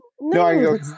no